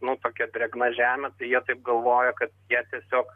nu tokia drėgna žemė tai jie taip galvoja kad jie tiesiog